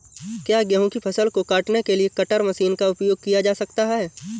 क्या गेहूँ की फसल को काटने के लिए कटर मशीन का उपयोग किया जा सकता है?